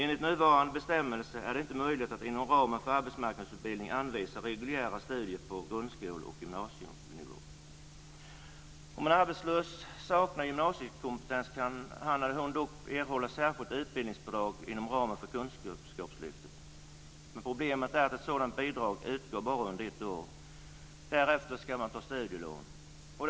Enligt nuvarande bestämmelser är det inte möjligt att inom ramen för arbetsmarknadsutbildning anvisa reguljära studier på grundskole och gymnasienivå. Problemet är att ett sådant bidrag utgår bara under ett år. Därefter ska man ta studielån.